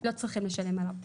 לא צריכים לשלם עליו.